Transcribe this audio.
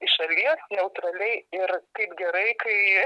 iš šalies neutraliai ir kaip gerai kai